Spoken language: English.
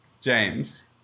James